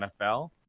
NFL